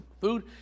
food